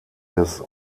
des